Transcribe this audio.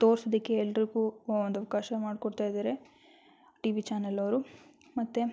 ತೋರ್ಸೋದಕ್ಕೆ ಎಲ್ಲರಿಗೂ ಒಂದು ಅವಕಾಶ ಮಾಡಿಕೊಡ್ತಾ ಇದ್ದಾರೆ ಟಿವಿ ಚಾನೆಲ್ ಅವರು ಮತ್ತು